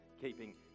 keeping